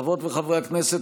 חברות וחברי הכנסת,